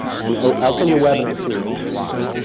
and i'll send you a webinar too that you can watch.